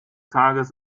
tages